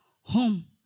home